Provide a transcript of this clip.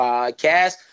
Podcast